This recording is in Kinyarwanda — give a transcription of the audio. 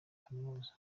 kaminuza